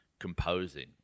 composing